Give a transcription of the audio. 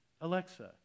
Alexa